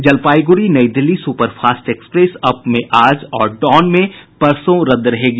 Jalpaiguri New Delhi super fast express up में आज और डाउन में परसों रद्द रहेगी